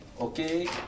Okay